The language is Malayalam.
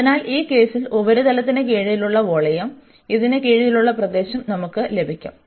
അതിനാൽ ഈ കേസിൽ ഉപരിതലത്തിന് കീഴിലുള്ള വോളിയം ഇതിന് കീഴിലുള്ള പ്രദേശം നമുക്ക് ലഭിക്കും